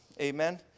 Amen